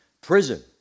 prison